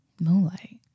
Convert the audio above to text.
Moonlight